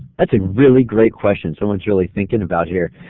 that's a really great question. someone is really thinking out here.